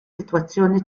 sitwazzjoni